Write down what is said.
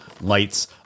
lights